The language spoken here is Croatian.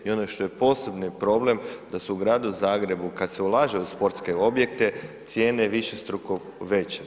I ono što je posebni problem da se u Gradu Zagrebu kad se ulaže u sportske objekte cijene višestruko veće.